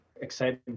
exciting